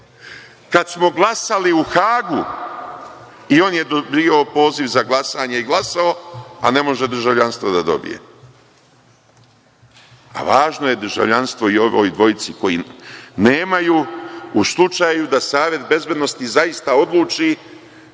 Kada smo glasali u Hagu, i on je dobijao poziv za glasanje i glasao, a ne može državljanstvo da dobije. A važno je državljanstvo i ovoj dvojici koji nemaju, u slučaju da Savet bezbednosti zaista odluči